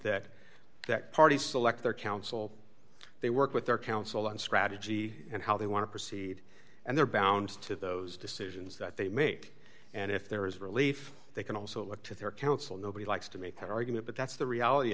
that that party select their counsel they work with their counsel on strategy and how they want to proceed and they're bound to those decisions that they make and if there is relief they can also look to their counsel nobody likes to make that argument but that's the reality